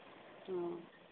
ᱚ